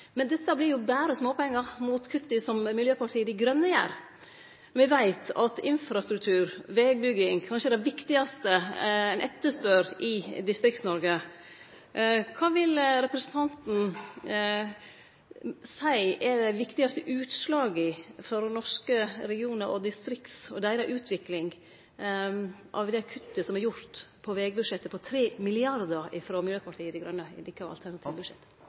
Men dette vert berre småpengar mot kutta som Miljøpartiet Dei Grøne føreslår. Me veit at infrastruktur, vegbygging, er kanskje det viktigaste ein etterspør i Distrikts-Noreg. Kva vil representanten seie er dei viktigaste utslaga for norske regionar og deira utvikling av det kuttet på 3 mrd. kr i vegbudsjettet som Miljøpartiet Dei Grøne føreslår i sitt alternative budsjett?